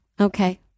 Okay